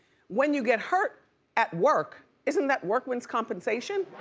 when you get hurt at work, isn't that work wins compensation?